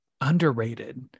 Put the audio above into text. Underrated